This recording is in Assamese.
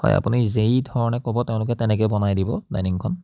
হয় আপুনি যি ধৰণে ক'ব তেওঁলোকে তেনেকৈ বনাই দিব ডাইনিংখন